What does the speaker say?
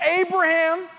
Abraham